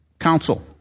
counsel